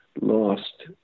lost